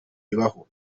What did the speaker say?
bibaho